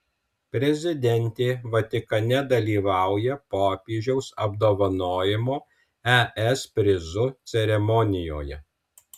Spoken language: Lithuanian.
prezidentė vatikane dalyvauja popiežiaus apdovanojimo es prizu ceremonijoje